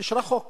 אישרה חוק